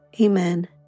Amen